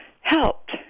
helped